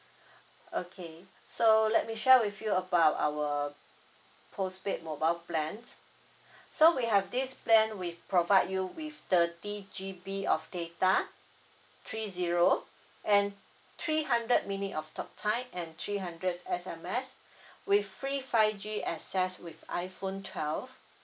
okay so let me share with you about our postpaid mobile plans so we have this plan we provide you with thirty G_B of data three zero and three hundred minute of talk time and three hundred S_M_S with free five G access with iphone twelve